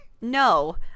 No